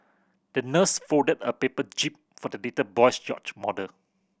the nurse folded a paper jib for the little boy's yacht model